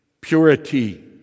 purity